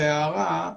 הערה,